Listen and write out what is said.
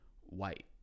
white